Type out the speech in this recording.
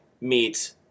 meet